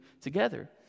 together